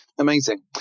Amazing